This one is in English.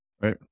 right